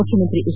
ಮುಖ್ಯಮಂತ್ರಿ ಎಚ್